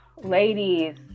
ladies